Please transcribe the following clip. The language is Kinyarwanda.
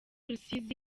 rusizi